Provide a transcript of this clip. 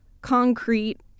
concrete